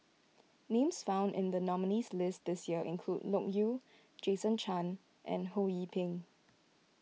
names found in the nominees' list this year include Loke Yew Jason Chan and Ho Yee Ping